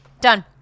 Done